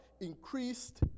increased